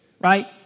right